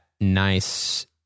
nice